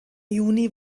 juni